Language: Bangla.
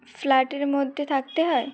ফ্ল্যাটের মধ্যে থাকতে হয়